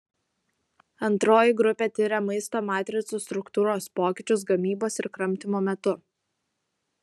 antroji grupė tiria maisto matricų struktūros pokyčius gamybos ir kramtymo metu